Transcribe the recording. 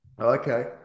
Okay